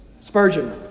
Spurgeon